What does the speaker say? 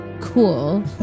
cool